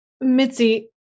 Mitzi